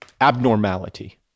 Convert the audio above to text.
Abnormality